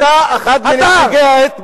אני אגיד התבהמות,